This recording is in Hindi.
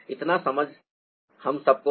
इतना समझ हम सबको है